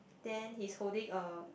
then he's holding a